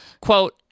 quote